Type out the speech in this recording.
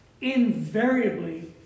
invariably